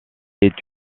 est